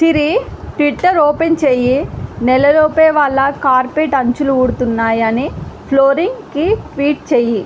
సిరి Twitter open చెయ్యి నెల లోపే వాళ్ళ కార్పెట్ అంచులు ఊడుతున్నాయి అని ఫ్లోరింగ్కి ట్వీట్ చెయ్యి